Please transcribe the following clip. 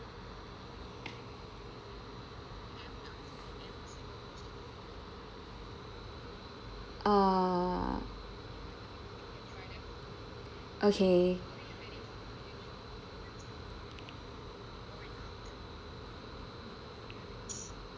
uh okay